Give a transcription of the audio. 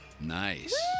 Nice